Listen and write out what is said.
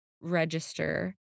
register